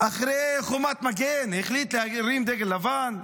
אחרי חומת מגן החליט להרים דגל לבן?